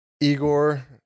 Igor